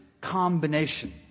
combination